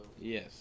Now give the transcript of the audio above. Yes